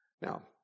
Now